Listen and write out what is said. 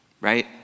right